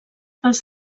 els